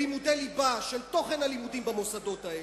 של לימודי ליבה, של תוכן הלימודים במוסדות האלה.